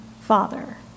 Father